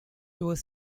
was